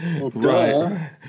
Right